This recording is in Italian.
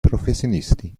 professionisti